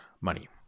money